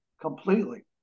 completely